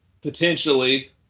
potentially